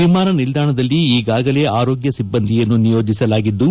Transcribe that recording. ವಿಮಾನ ನಿಲ್ದಾಣಲ್ಲಿ ಈಗಾಗಲೇ ಆರೋಗ್ಡ ಸಿಬ್ಲಂದಿಯನ್ನು ನಿಯೋಜಿಸಲಾಗಿದ್ದು